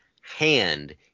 hand